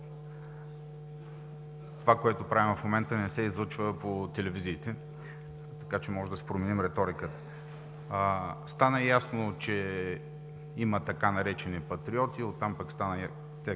това, което правим в момента, не се излъчва по телевизиите, така че можем да променим реториката. Стана ясно, че има така наречени „патриоти“, те пък контрираха